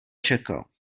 čekal